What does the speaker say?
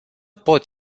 pot